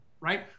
right